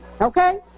Okay